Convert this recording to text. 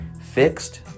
fixed